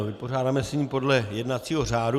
Vypořádáme se s ním podle jednacího řádu.